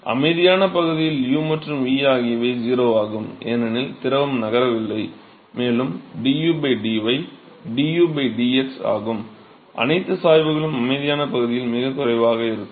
அமைதியான பகுதியில் u மற்றும் v ஆகியவை 0 ஆகும் ஏனெனில் திரவம் நகரவில்லை மேலும் du dy du dx ஆகும் அனைத்து சாய்வுகளும் அமைதியான பகுதியில் மிகக் குறைவாக இருக்கும்